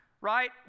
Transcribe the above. right